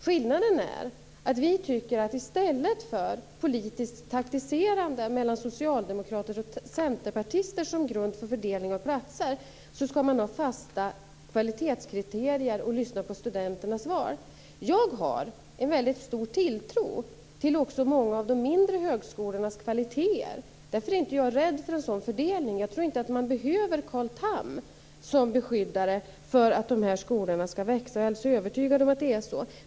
Skillnaden är att vi tycker att det i stället för politiskt taktiserande mellan socialdemokrater och centerpartister som grund för fördelningen av platser skall vara fasta kvalitetskriterier. Dessutom skall man lyssna till studenternas val. Jag har stor tilltro också till många av de mindre högskolornas kvaliteter. Därför är jag inte rädd för en sådan fördelning. Jag tror inte att man behöver Carl Tham som beskyddare för att de här skolorna skall växa. Där är jag helt övertygad.